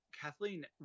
Kathleen